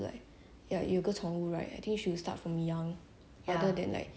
你 like 已经 like teenage 了你要 become adult 了你你再来